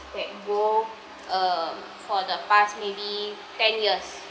that goal um for the past maybe ten years